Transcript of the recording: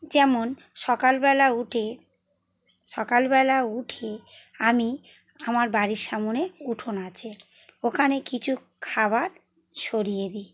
যেমন সকালবেলা উঠে সকালবেলা উঠে আমি আমার বাড়ির সামনে উঠোন আছে ওখানে কিছু খাবার ছড়িয়ে দিই